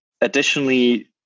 Additionally